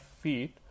feet